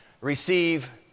receive